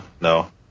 No